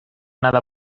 nada